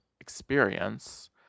experience